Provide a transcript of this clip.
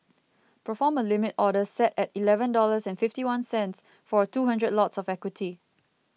perform a Limit Order set at eleven dollars and fifty one cents for two hundred lots of equity